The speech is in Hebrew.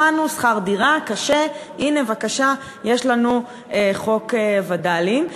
שכר דירה, קשה, הנה, בבקשה, יש לנו חוק וד"לים.